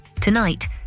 Tonight